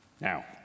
Now